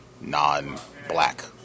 non-black